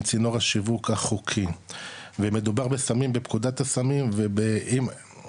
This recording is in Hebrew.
מצינור השיווק החוקיים ומדובר בסמים בפקודת הסמים ובארץ,